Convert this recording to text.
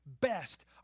best